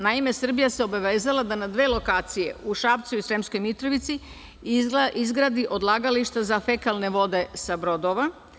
Naime, Srbija se obavezala da na dve lokacije u Šapcu i Sremskoj Mitrovici izgradi odlagalište za fekalne vode sa brodova.